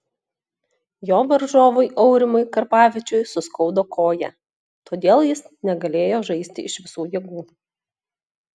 jo varžovui aurimui karpavičiui suskaudo koją todėl jis negalėjo žaisti iš visų jėgų